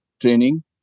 training